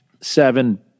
seven